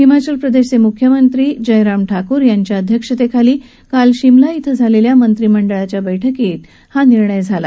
हिमाचल प्रदश्वच मुख्यमंत्री जयराम ठाकूर यांच्या अध्यक्षतखाली काल शिमला इथं झालप्र्या मंत्रिमंडळाच्या बैठकीत हा निर्णय घप्र्यात आला